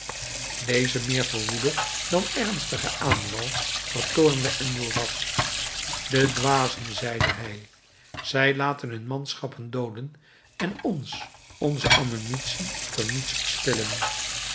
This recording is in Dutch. deze meer verwoede dan ernstige aanval vertoornde enjolras de dwazen zeide hij zij laten hun manschappen dooden en ons onze ammunitie voor niets verspillen